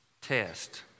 test